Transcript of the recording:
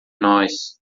nós